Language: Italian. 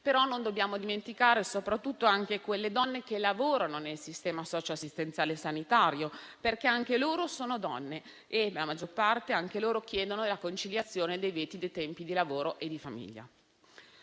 Lega. Non dobbiamo dimenticare soprattutto le donne che lavorano nel sistema socioassistenziale sanitario, perché anch'esse sono donne e la maggior parte di loro chiede la conciliazione dei tempi di lavoro e di famiglia.